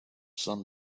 sun